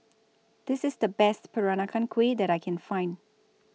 This IS The Best Peranakan Kueh that I Can Find